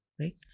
Right